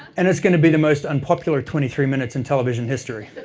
and it's gonna be the most unpopular twenty three minutes in television history.